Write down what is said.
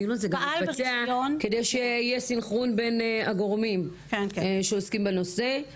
הדיון הזה גם מתבצע כדי שיהיה סנכרון בין הגורמים שעוסקים בנושא.